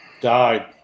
died